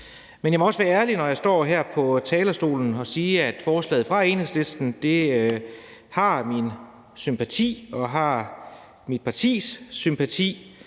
Men jeg må også være ærlig, når jeg står her på talerstolen, og sige, at forslaget fra Enhedslisten har min sympati og har mit partis sympati.